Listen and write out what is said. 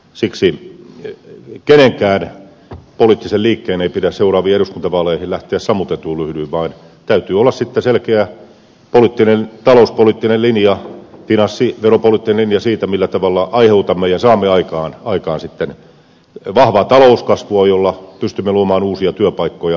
siksi minkään poliittisen liikkeen ei pidä seuraavien eduskuntavaaleihin lähteä sammutetuin lyhdyin vaan täytyy olla sitten selkeä talouspoliittinen linja finanssi ja veropoliittinen linja siitä millä tavalla aiheutamme ja saamme aikaan vahvaa talouskasvua jolla pystymme luomaan uusia työpaikkoja